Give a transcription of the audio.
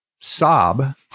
sob